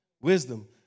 Wisdom